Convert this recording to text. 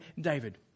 David